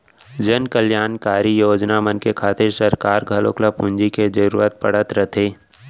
जनकल्यानकारी योजना मन के खातिर सरकार घलौक ल पूंजी के जरूरत पड़त रथे